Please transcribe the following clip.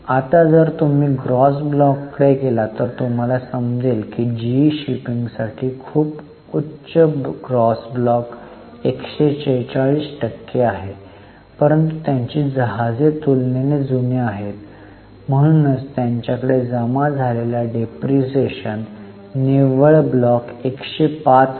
आता जर तुम्ही ग्रॉस ब्लॉकवर गेलात तर तुम्हाला समजेल की जीई शिपिंगसाठी खूप उच्च ग्रॉस ब्लॉक 146 टक्के आहे परंतु त्यांची जहाजे तुलनेने जुने आहेत म्हणूनच त्यांच्याकडे जमा झालेला डेप्रिसिएशन निव्वळ ब्लॉक 105 आहे